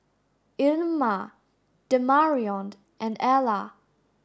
Ilma Demarion and Ella